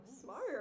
Smart